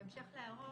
בהמשך להערות,